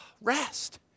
rest